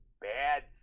bad